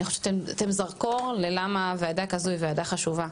אני חושבת שאתם זרקור לסיבה שוועדה כזאת היא ועדה חשובה,